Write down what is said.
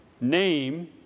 name